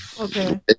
okay